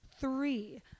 three